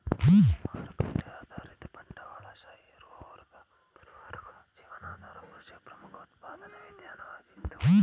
ಮಾರುಕಟ್ಟೆ ಆಧಾರಿತ ಬಂಡವಾಳಶಾಹಿ ಬರುವವರೆಗೂ ಜೀವನಾಧಾರ ಕೃಷಿಯು ಪ್ರಮುಖ ಉತ್ಪಾದನಾ ವಿಧಾನವಾಗಿತ್ತು